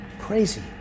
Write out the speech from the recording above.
crazy